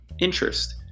interest